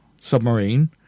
submarine